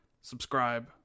subscribe